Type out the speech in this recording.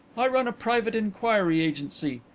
i run a private inquiry agency.